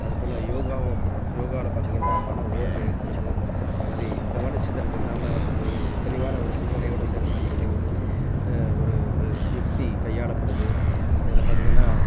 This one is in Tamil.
அது போல யோகாவும் அப்படி தான் யோகாவில பார்த்தீங்கன்னா மன ஓருமை ஏற்படுது அது மாதிரி கவனச்சிதறல் இல்லாமல் ஒரு தெளிவான ஒரு சிந்தனையோட செயல்படக்கூடிய ஒரு ஒரு யுக்தி கையாளப்படுது இதுல பார்த்தீங்கன்னா